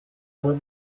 were